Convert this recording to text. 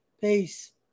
Peace